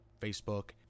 Facebook